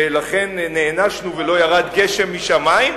ולכן נענשנו ולא ירד גשם משמים.